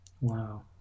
Wow